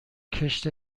کشت